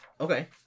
Okay